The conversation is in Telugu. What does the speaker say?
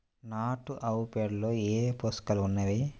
నాటు ఆవుపేడలో ఏ ఏ పోషకాలు ఉన్నాయి?